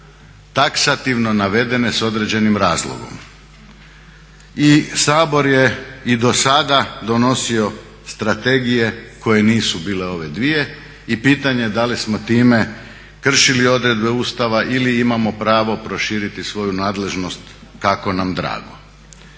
taksativno navedene s određenim razlogom. I Sabor je i do sada donosio strategije koje nisu bile ove dvije i pitanje da li smo time kršili odredbe Ustava ili imamo pravo proširiti svoju nadležnost kako nam drago.